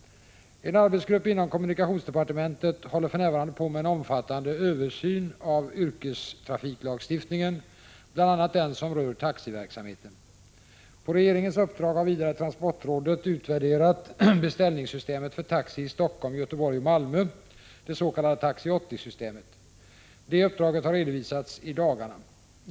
24 april 1986 de på med en omfattande översyn av yrkestrafiklagstiftningen, bl.a. densom 7 rör taxiverksamheten. På regeringens uppdrag har vidare transportrådet vid televerkets larmsystem dets.k. Taxi 80-systemet. Det uppdraget har redovisats i dagarna.